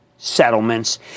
Settlements